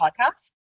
podcast